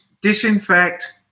disinfect